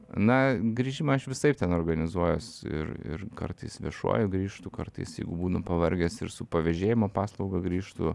na grįžimą aš visaip ten organizuojuos ir ir kartais viešuoju grįžtu kartais jeigu būnu pavargęs ir su pavėžėjimo paslauga grįžtu